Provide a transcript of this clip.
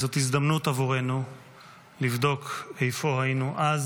וזאת הזדמנות עבורנו לבדוק איפה היינו אז